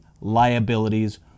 liabilities